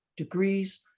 degrees,